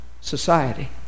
society